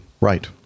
right